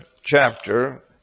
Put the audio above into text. chapter